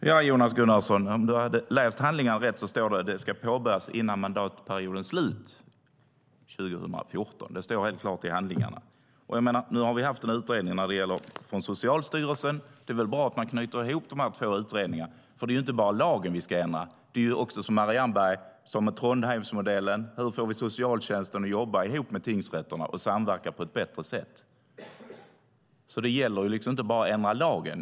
Herr talman! Om du hade läst handlingarna rätt, Jonas Gunnarsson, hade du sett att det står att det ska påbörjas innan mandatperiodens slut 2014. Det står mycket klart i handlingarna. Nu har Socialstyrelsen gjort en utredning. Det är väl bra att man knyter ihop de här två utredningarna. Det är inte bara lagen vi ska ändra, utan det handlar också om Trondheimsmodellen som Marianne Berg tog upp. Hur får vi socialtjänsten att samverka på ett bättre sätt med tingsrätterna? Det gäller inte bara att ändra lagen.